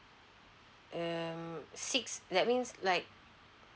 um six that means like